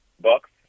Bucks